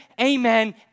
amen